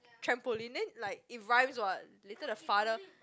trampoline then it's like rhymes what later the father